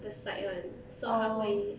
the side [one] so 它会